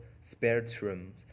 spectrum